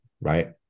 right